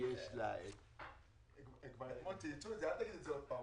יש דבר אחד שאף אחד לא נתן עליו את הדעת,